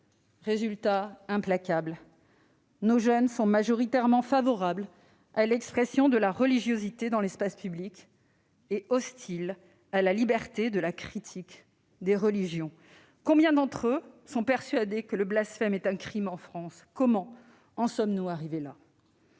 sont implacables : nos jeunes sont majoritairement favorables à l'expression de la religiosité dans l'espace public et hostiles à la liberté de la critique des religions. Combien d'entre eux sont persuadés que le blasphème est un crime en France ? Comment en sommes-nous arrivés là ?